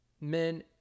men